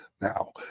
Now